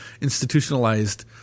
Institutionalized